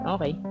Okay